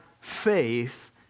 faith